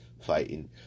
fighting